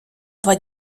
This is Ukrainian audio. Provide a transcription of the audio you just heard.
два